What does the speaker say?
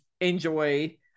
enjoy